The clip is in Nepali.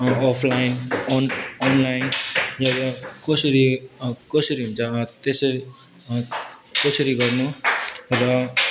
अफलाइन अनलाइन कसरी कसरी हुन्छ त्यसरी त्यसरी गर्नु र